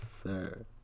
sir